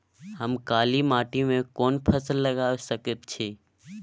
हम काला माटी में कोन फसल लगाबै सकेत छी?